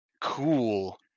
cool